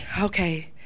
okay